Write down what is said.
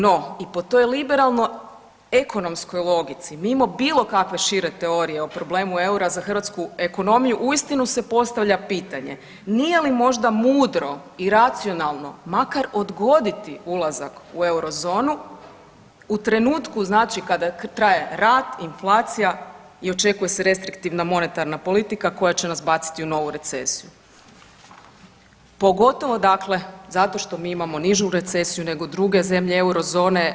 No i po toj liberalno-ekonomskoj logici mimo bilo kakve šire teorije o problemu eura za hrvatsku ekonomiju uistinu se postavlja pitanje nije li možda mudro i racionalno makar odgoditi ulazak u euro zonu u trenutku znači kada traje rat, inflacija i očekuje se restriktivna monetarna politika koja će nas baciti u novu recesiju pogotovo dakle zato što mi imamo nižu recesiju nego druge zemlje euro zone.